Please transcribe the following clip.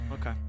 Okay